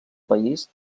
país